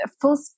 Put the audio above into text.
full